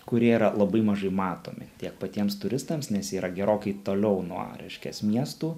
kurie yra labai mažai matomi tiek patiems turistams nes jie yra gerokai toliau nuo reiškias miestų